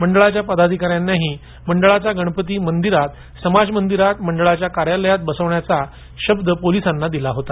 मंडळाच्या पदाधिकाऱ्यांनीही मंडळाचा गणपती मंदिरात समाज मंदिरात मंडळाच्या कार्यालयात बसविण्याचा शब्द पोलीसांना दिला होता